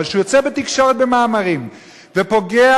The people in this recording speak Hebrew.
אבל כשהוא יוצא בתקשורת במאמרים ופוגע